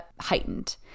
heightened